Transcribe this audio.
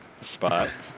spot